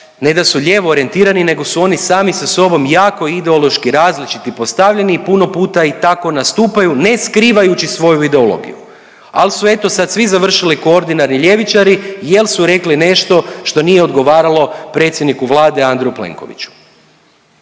ne da su lijevo orijentirani nego su oni sami sa sobom jako ideološki različiti postavljeni i puno puta tako nastupaju ne skrivajući svoju ideologiju. Al su eto svi završili koordinari ljevičari jel su rekli nešto što nije odgovaralo predsjedniku Vlade Andreju Plenkoviću.